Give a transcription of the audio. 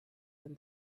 when